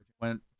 Went